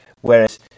whereas